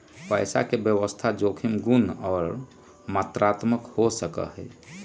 पैसा के व्यवस्था जोखिम गुण और मात्रात्मक हो सका हई